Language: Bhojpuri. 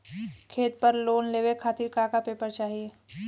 खेत पर लोन लेवल खातिर का का पेपर चाही?